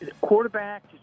quarterback